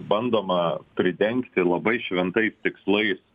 bandoma pridengti labai šventais tikslais